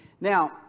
Now